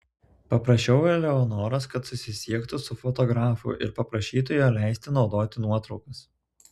paprašiau eleonoros kad susisiektų su fotografu ir paprašytų jo leisti naudoti nuotraukas